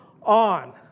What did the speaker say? on